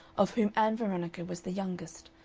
of whom ann veronica was the youngest,